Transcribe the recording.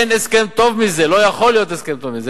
אין הסכם טוב מזה, לא יכול להיות הסכם טוב מזה.